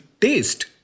taste